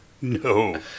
No